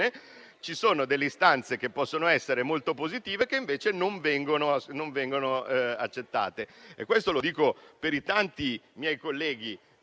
bene, delle istanze che possono essere molto positive non vengono però accettate. Questo lo dico per i tanti miei colleghi